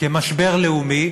כמשבר לאומי,